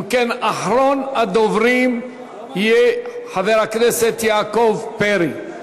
אם כן, אחרון הדוברים יהיה חבר הכנסת יעקב פרי,